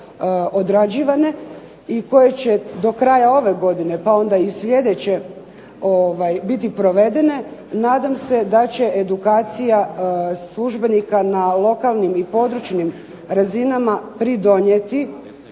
odrađivane i koje će do kraja ove godine pa onda i sljedeće biti provedene, nadam se da će edukacija službenika na lokalnim i područnim razinama pridonijeti,